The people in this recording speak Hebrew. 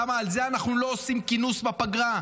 למה על זה אנחנו לא עושים כינוס בפגרה,